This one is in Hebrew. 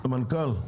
המנכ"ל,